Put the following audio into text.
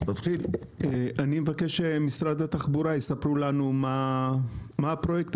אני מבקש שמשרד התחבורה יספרו לנו מה הפרויקט